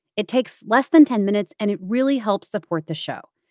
it takes less than ten minutes, and it really helps support the show.